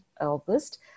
August